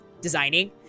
designing